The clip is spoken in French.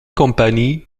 compagnie